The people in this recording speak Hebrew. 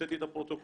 הוצאתי את הפרוטוקול